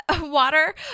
water